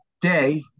day